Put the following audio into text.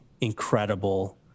incredible